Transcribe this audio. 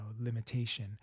limitation